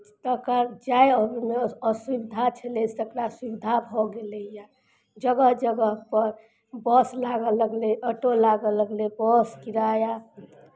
तकर जाय अबयमे असुविधा छलै तकरा सुविधा भऽ गेलैए जगह जगहपर बस लागय लगलै ऑटो लागय लगलै बस किराया